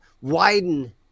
widen